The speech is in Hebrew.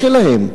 לא שלהם.